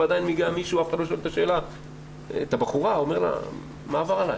ועדיין מגיעה מישהי ואף אחד לא שואל את הבחורה: מה עבר עליך?